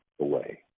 away